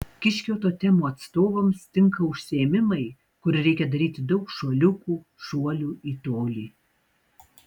kiškio totemo atstovams tinka užsiėmimai kur reikia daryti daug šuoliukų šuolių į tolį